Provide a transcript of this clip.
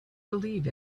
believe